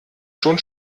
schon